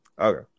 Okay